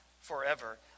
forever